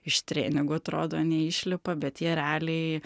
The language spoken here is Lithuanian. iš treningų atrodo neišlipa bet jie realiai